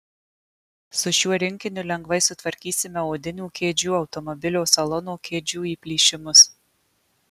su šiuo rinkiniu lengvai sutvarkysime odinių kėdžių automobilio salono kėdžių įplyšimus